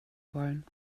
wollen